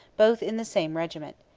both in the same regiment.